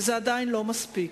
וזה עדיין לא מספיק.